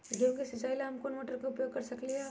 गेंहू के सिचाई ला हम कोंन मोटर के उपयोग कर सकली ह?